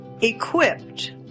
equipped